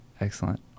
Excellent